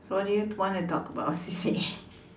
so what do you want to talk about C_C_A